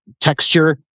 texture